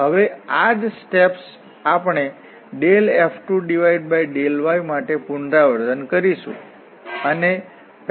હવે આ જ સ્ટેપ્સ આપણે F2∂y માટે પુનરાવર્તન કરીશું